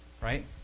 Right